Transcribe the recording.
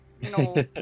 no